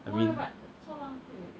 I mean